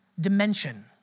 dimension